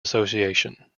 association